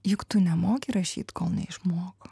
juk tu nemoki rašyt kol neišmoko